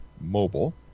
mobile